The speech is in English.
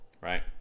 right